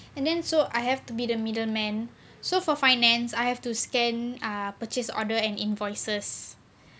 and then so I have to be the middleman so for finance I have to scan err purchase order and invoices